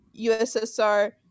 ussr